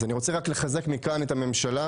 אני רוצה לחזק מכאן את הממשלה,